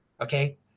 okay